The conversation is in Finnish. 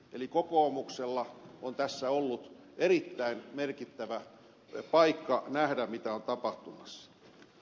eli kokoomuksella on tässä ollut erittäin merkittävä paikka nähdä mitä on tapahtumassa